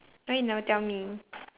why you never tell me